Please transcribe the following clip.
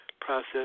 process